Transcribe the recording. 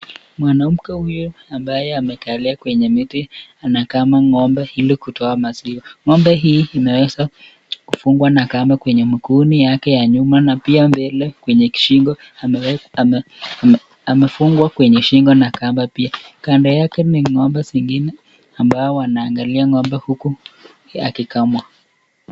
Mwanaume huyu ambaye amekalia kwenye miti anakama ng’ombe ili kutoa maziwa. Ng’ombe hii imeweza kufungwa na kamba kwenye miguuni yake ya nyuma na pia mbele kwenye kishingo amefungwa kwenye shingo na kamba pia. Kando yake ni ng'ombe zingine ambao wanaangalia ng’ombe huku akikamwa.